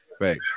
Right